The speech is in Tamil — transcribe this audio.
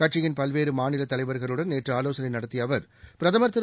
கட்சியின் பல்வேறு மாநில தலைவர்களுடன் நேற்று ஆலோசனை நடத்திய அவர் பிரதமர் திரு